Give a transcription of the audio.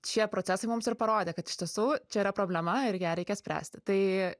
šie procesai mums ir parodė kad iš tiesų čia yra problema ir ją reikia spręsti tai